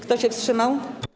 Kto się wstrzymał?